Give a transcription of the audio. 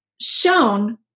shown